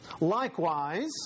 Likewise